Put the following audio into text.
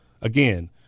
Again